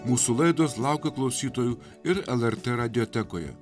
mūsų laidos laukia klausytojų ir lrt radiotekoje